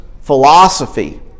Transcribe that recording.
philosophy